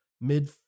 mid